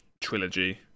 trilogy